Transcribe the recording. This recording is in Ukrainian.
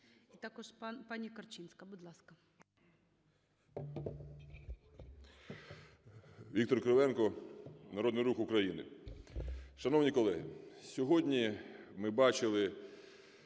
Віктор Кривенко, Народний Рух України. Шановні колеги, сьогодні ми бачили